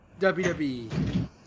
WWE